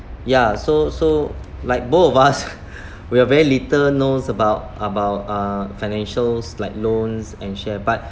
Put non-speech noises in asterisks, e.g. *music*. ya so so like both of us *laughs* we are very little knows about about uh financials like loans and share but